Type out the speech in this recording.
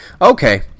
Okay